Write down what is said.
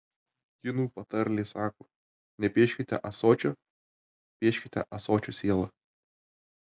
kinų patarlė sako nepieškite ąsočio pieškite ąsočio sielą